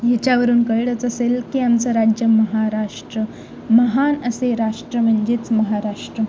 हेच्यावरून कळलच असेल की आमचं राज्य महाराष्ट्र महान असे राष्ट्र म्हणजेच महाराष्ट्र